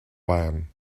van